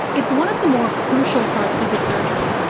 it's one of the more crucial parts of the surgery,